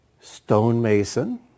stonemason